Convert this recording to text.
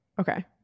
Okay